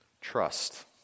Trust